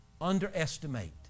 underestimate